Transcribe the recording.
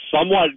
somewhat